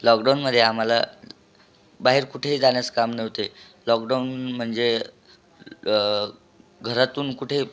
लॉकडाऊनमध्ये आम्हाला बाहेर कुठेही जाण्यास काम नव्हते लॉकडाऊन म्हणजे घरातून कुठे